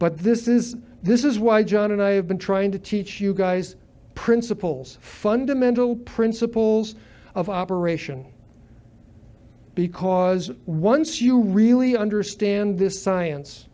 but this is this is why john and i have been trying to teach you guys principles fundamental principles of operation because once you really understand this science